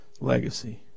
legacy